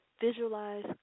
Visualize